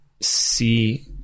see